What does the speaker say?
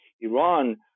Iran